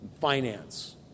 finance